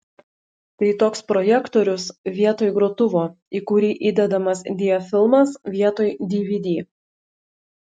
tai toks projektorius vietoj grotuvo į kurį įdedamas diafilmas vietoj dvd